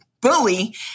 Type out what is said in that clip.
bully